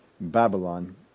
Babylon